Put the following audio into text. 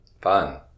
Fun